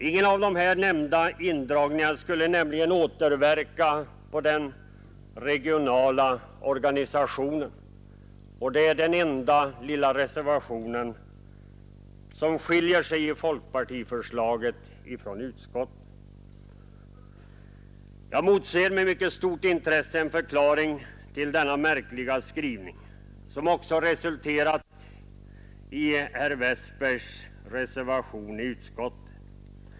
Ingen av dessa indragningar skulle nämligen återverka på den regionala organisationen, och det är den enda lilla reservationen som skiljer folkpartiförslaget från utskottsförslaget. Jag motser med mycket stort intresse en förklaring till denna märkliga skrivning, som också finns i herr Westbergs reservation.